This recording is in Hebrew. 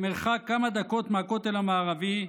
במרחק כמה דקות מהכותל המערבי,